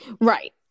Right